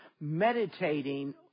meditating